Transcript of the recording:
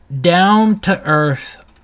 down-to-earth